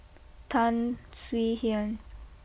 Tan Swie Hian